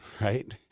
right